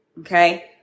Okay